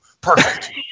Perfect